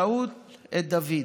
כתוב שם: "ותאהב מיכל בת שאול את דוד".